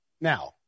Now